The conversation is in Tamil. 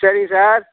சரிங்க சார்